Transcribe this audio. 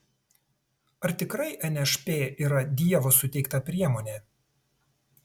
ar tikrai nšp yra dievo suteikta priemonė